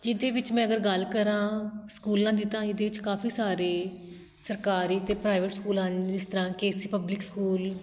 ਜਿਹਦੇ ਵਿੱਚ ਮੈਂ ਅਗਰ ਗੱਲ ਕਰਾਂ ਸਕੂਲਾਂ ਦੀ ਤਾਂ ਇਹਦੇ ਵਿੱਚ ਕਾਫੀ ਸਾਰੇ ਸਰਕਾਰੀ ਅਤੇ ਪ੍ਰਾਈਵੇਟ ਸਕੂਲ ਹਨ ਜਿਸ ਤਰ੍ਹਾਂ ਕੇ ਸੀ ਪਬਲਿਕ ਸਕੂਲ